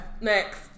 Next